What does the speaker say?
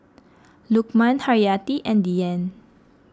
Lukman Haryati and Dian